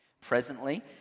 Presently